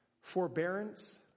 Forbearance